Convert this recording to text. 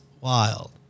wild